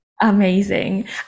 amazing